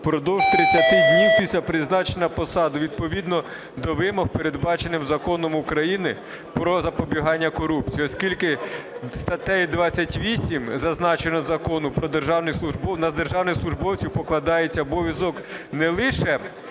впродовж 30 днів після призначення на посаду відповідно до вимог, передбачених Законом України "Про запобігання корупції". Оскільки статтею 28 зазначеного Закону "Про державну службу" на державних службовців покладається обов'язок не лише